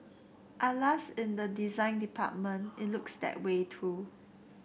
alas in the design department it looks that way too